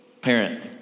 parent